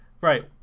Right